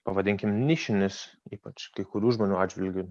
pavadinkim nišinis ypač kai kurių žmonių atžvilgiu